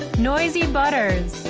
noisy butters.